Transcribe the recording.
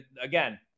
again